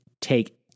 take